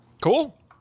Cool